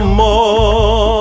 more